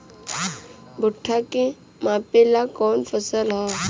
भूट्टा के मापे ला कवन फसल ह?